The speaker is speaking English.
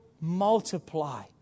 multiply